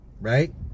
Right